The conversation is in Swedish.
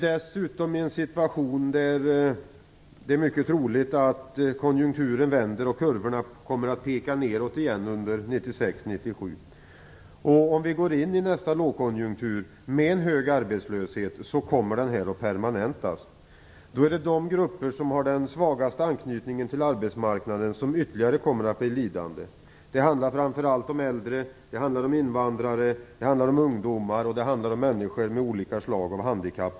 Det är dessutom mycket troligt att konjunkturen vänder och att kurvorna under 1996/97 kommer att peka nedåt igen. Om vi går in i nästa lågkonjunktur med en hög arbetslöshet kommer den att permanentas. Då är det de grupper som har den svagaste anknytningen till arbetsmarknaden som ytterligare kommer att bli lidande. Det handlar framför allt om äldre, det handlar om invandrare, det handlar om ungdomar, och det handlar om människor med olika slag av handikapp.